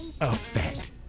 effect